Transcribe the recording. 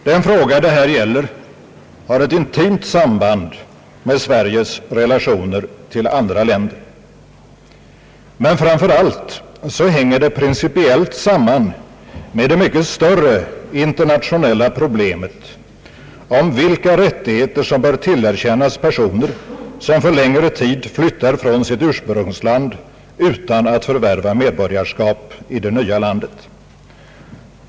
Den fråga det här gäller har ett intimt samband med Sveriges relationer till andra länder, men fra nför allt hänger den principiellt samman med det mycket större internationella problemet om vilka rättigh>ter som bör tillerkännas persorer som för längre tid flyttar från sitt ursprungsland utan att förvärva medborgarskap i det nya landet.